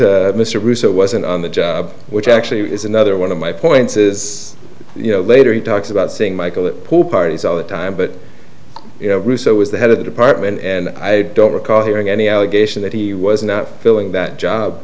russo wasn't on the job which actually is another one of my points is you know later he talks about seeing michael at pool parties all the time but you know russo was the head of the department and i don't recall hearing any allegation that he was not filling that